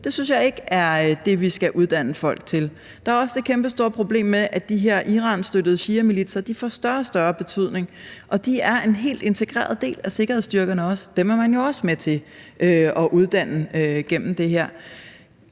Det synes jeg ikke er det, vi skal uddanne folk til. Der er også det kæmpestore problem med, at de her Iranstøttede shiamilitser får større og større betydning. Og de er en helt integreret del af sikkerhedsstyrkerne også. Dem er man jo også med til at uddanne gennem det her.